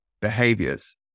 behaviors